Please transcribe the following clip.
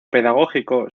pedagógico